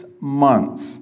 months